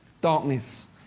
darkness